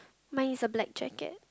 mine is the black jacket